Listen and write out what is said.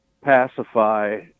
pacify